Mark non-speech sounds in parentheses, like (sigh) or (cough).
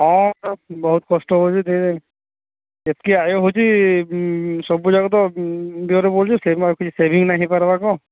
ହଁ (unintelligible) ବହୁତ କଷ୍ଟ ହେଉଛେ ଯେତିକି ଆୟ ହେଉଛି ସବୁଯାକ ତ (unintelligible) ଶେଭିଂ ନାଇଁ ହେଇପାର୍ବାକୁ